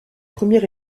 premier